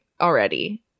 already